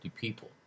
people